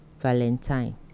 Valentine